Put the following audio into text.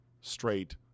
straight